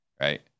Right